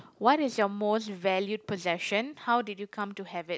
what is your most valued possession how did you come to have it